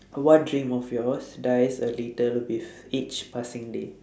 what dream of yours dies a little with each passing day